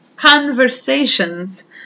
Conversations